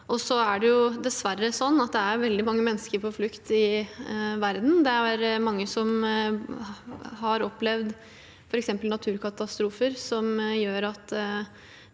Det er dessverre slik at det er veldig mange mennesker på flukt i verden. Det er mange som har opplevd f.eks. naturkatastrofer som gjør at